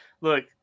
Look